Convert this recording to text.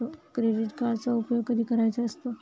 Credit कार्डचा उपयोग कधी करायचा असतो?